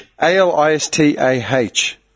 A-L-I-S-T-A-H